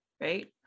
right